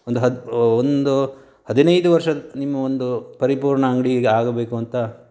ಒಂದು ಹದಿ ಒಂದೂ ಹದಿನೈದು ವರ್ಷ ನಿಮ್ಮ ಒಂದು ಪರಿಪೂರ್ಣ ಅಂಗಡಿ ಈಗ ಆಗಬೇಕು ಅಂತಾ